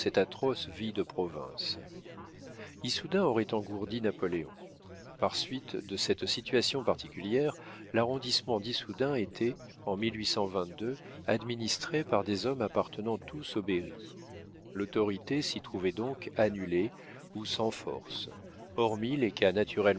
cette atroce vie de province issoudun aurait engourdi napoléon par suite de cette situation particulière l'arrondissement d'issoudun était en administré par des hommes appartenant tous au berry l'autorité s'y trouvait donc annulée ou sans force hormis les cas